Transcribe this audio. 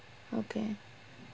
okay